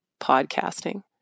podcasting